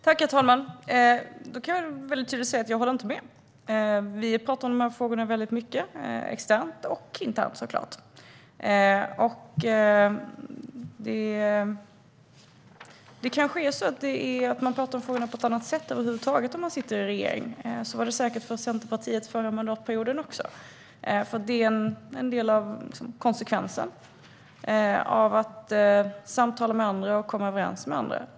Herr talman! Jag kan vara tydlig och säga att jag inte håller med. Vi talar om de här frågorna väldigt mycket externt och såklart internt. Det kanske är så att man talar om frågorna på ett annat sätt över huvud taget om man sitter i regering. Så var det säkert också för Centerpartiet förra mandatperioden. Det är en del av konsekvensen av att samtala med andra och komma överens med andra.